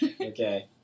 Okay